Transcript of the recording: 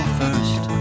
first